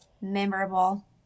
memorable